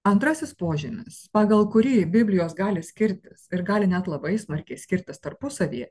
antrasis požymis pagal kurį biblijos gali skirtis ir gali net labai smarkiai skirtis tarpusavyje